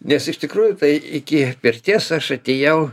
nes iš tikrųjų tai iki pirties aš atėjau